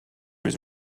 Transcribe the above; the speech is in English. his